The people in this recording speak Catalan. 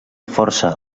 força